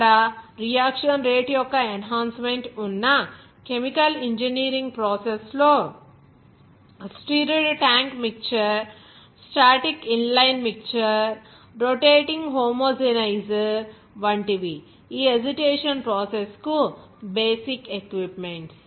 అక్కడ reaction rate యొక్క enhancement ఉన్న కెమికల్ ఇంజనీరింగ్ ప్రాసెస్ లో stirred tank mixture static inline mixture rotating homogenizer వంటి వి ఈ అజిటేషన్ మిక్సింగ్ ప్రాసెస్ కు బేసిక్ ఎక్విప్మెంట్